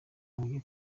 tugiye